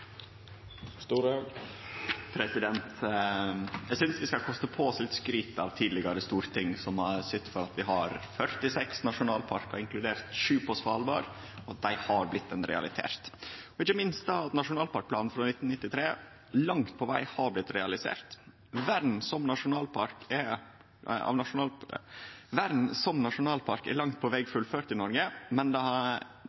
Eg synest vi skal koste på oss litt skryt av tidlegare storting som har sytt for at vi har 46 nasjonalparkar, inkludert 7 på Svalbard, og at dei har blitt ein realitet, og ikkje minst at nasjonalparkplanen frå 1993 langt på veg har blitt realisert. Vern som nasjonalpark er